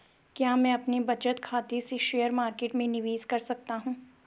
क्या मैं अपने बचत खाते से शेयर मार्केट में निवेश कर सकता हूँ?